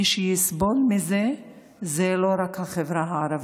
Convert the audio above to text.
מי שיסבול מזה הוא לא רק החברה הערבית,